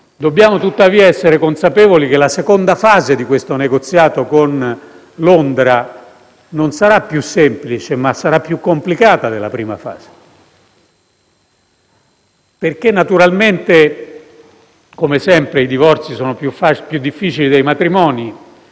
della prima fase. Come sempre, i divorzi sono più difficili dei matrimoni e, in questo caso, è evidente che definire le relazioni tra l'Unione e il Regno Unito diventato Paese terzo